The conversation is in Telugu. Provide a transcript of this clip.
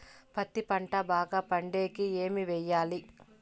పత్తి పంట బాగా పండే కి ఏమి చెయ్యాలి?